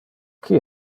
qui